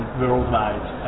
worldwide